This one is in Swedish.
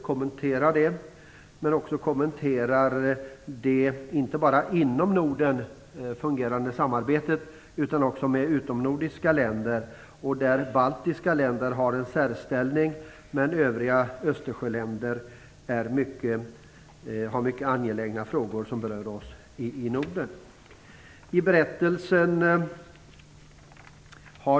Kommentarerna gäller inte bara samarbetet inom Norden utan också samarbetet med utomnordiska länder. Där har de baltiska länderna en särställning. Även i övriga Östersjöländer finns mycket angelägna frågor som berör oss i Norden.